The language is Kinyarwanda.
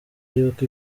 y’uko